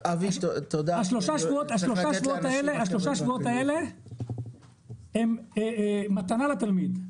השלושה שבועות האלה הם מתנה לתלמיד,